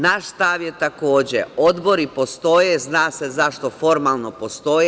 Naš stav je takođe, odbori postoje, zna se zašto formalno postoje.